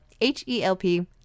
H-E-L-P